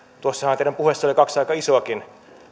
tuossa teidän puheessannehan oli kaksi aika isoakin